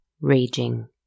raging